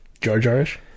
Jar-jar-ish